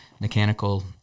Mechanical